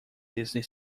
disney